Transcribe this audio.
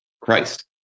Christ